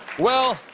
well,